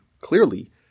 clearly